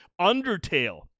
Undertale